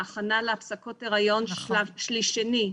ההכנה להפסקות היריון שלב שני,